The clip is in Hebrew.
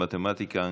מתמטיקה,